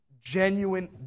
genuine